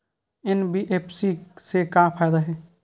NBFC से का फ़ायदा हे?